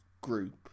group